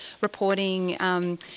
reporting